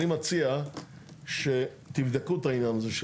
אני מציע שתבדקו את העניין הזה.